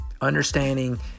Understanding